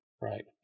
Right